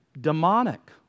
demonic